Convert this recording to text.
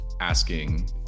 asking